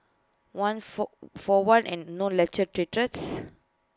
one for for one and no lecture theatres